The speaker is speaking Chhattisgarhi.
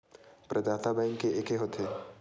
प्रदाता बैंक के एके होथे?